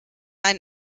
ein